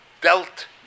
dealt